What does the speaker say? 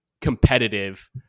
competitive